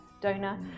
donor